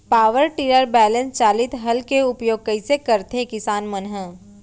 Power tiller balance चालित हल के उपयोग कइसे करथें किसान मन ह?